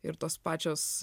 ir tos pačios